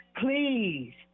Please